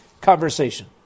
conversation